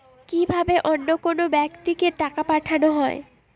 কি ভাবে অন্য কোনো ব্যাক্তিকে টাকা পাঠানো হয়?